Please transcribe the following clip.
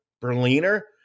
Berliner